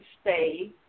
stay